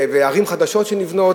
ערים חדשות שנבנות,